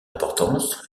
importance